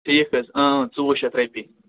ٹھیٖک حظ ژوٚوُہ شَتھ روپیہِ